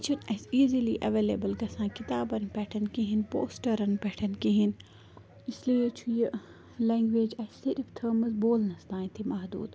یہِ چھُنہِ اَسہِ ایزلی اٮ۪ویلیبٕل گَژھان کِتابن پٮ۪ٹھ کِہیٖنۍ پوسٹرن پٮ۪ٹھ کِہیٖنۍ اِس لیے چھُ یہِ لنگویج اَسہِ صرف تھٲمٕژ بولنس تانۍ تھٕے محدوٗد